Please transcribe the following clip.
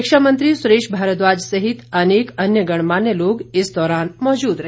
शिक्षा मंत्री सुरेश भारद्वाज सहित अनेक अन्य गणमान्य लोग इस दौरान मौजूद रहे